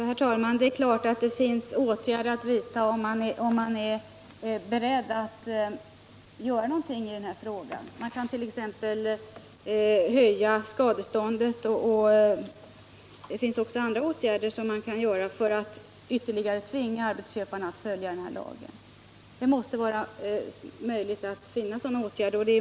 Herr talman! Det är klart att det finns åtgärder att vidta om man är beredd att göra någonting i den här frågan. Man kan t.ex. höja skadeståndet, och det finns också andra åtgärder som man kan vidta för att ytterligare tvinga arbetsköparna att följa den här lagen. Det måste vara möjligt att finna sådana åtgärder.